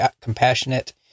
compassionate